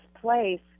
place